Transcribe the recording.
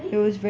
eh